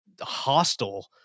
hostile